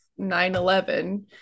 9-11